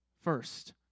first